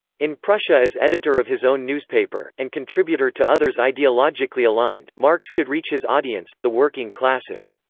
in prussia as editor of his own newspaper, and contributor to others ideologically aligned, marx could reach his audience, the working classes.